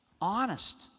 honest